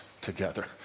together